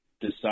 decide